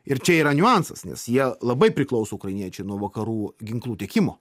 ir čia yra niuansas nes jie labai priklauso ukrainiečiai nuo vakarų ginklų tiekimo